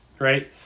right